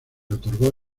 otorgó